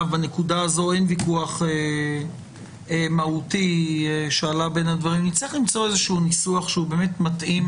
בנקודה הזאת אין ויכוח מהותי - למצוא איזשהו ניסוח שהוא באמת מתאים